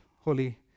Holy